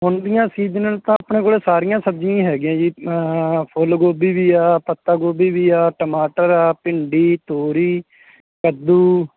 ਹੁਣ ਦੀਆਂ ਸੀਜਨਲ ਤਾਂ ਆਪਣੇ ਕੋਲ ਸਾਰੀਆਂ ਸਬਜ਼ੀਆਂ ਹੈਗੀਆਂ ਜੀ ਫੁੱਲ ਗੋਭੀ ਵੀ ਆ ਪੱਤਾ ਗੋਭੀ ਵੀ ਆ ਟਮਾਟਰ ਆ ਭਿੰਡੀ ਤੋਰੀ ਕੱਦੂ